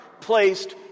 placed